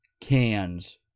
cans